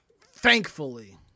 thankfully